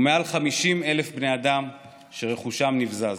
ומעל 50,000 בני אדם רכושם נבזז.